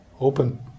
open